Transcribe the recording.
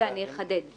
אני אחדד.